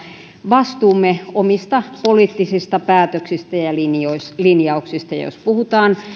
vastuumme omista poliittisista päätöksistä ja linjauksista ja jos puhutaan